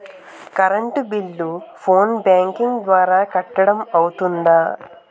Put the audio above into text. Current bill phone banking ద్వారా కట్టడం అవ్తుందా?